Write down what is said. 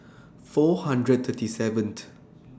four hundred thirty seventh